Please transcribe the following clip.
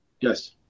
Yes